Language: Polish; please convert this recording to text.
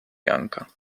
janka